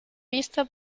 vista